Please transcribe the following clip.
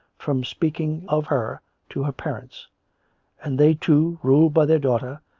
from speaking of her to her parents and they, too, ruled by their daughter,